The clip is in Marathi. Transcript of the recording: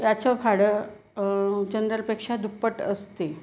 याचं भाडं जनरलपेक्षा दुप्पट असते